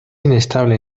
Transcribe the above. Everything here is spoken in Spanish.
inestable